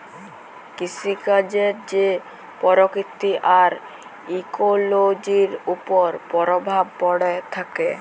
কিসিকাজের যে পরকিতি আর ইকোলোজির উপর পরভাব প্যড়ে থ্যাকে